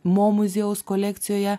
mo muziejaus kolekcijoje